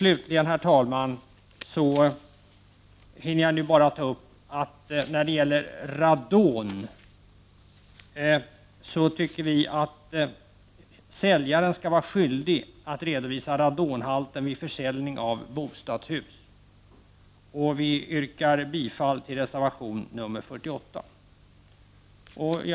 Slutligen, herr talman, hinner jag nu bara ta upp att vi när det gäller radon tycker att säljaren skall vara skyldig att redovisa radonhalten vid försäljning av bostadshus. Vi yrkar bifall till reservation nr 48.